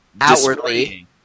outwardly